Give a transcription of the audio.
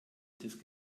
des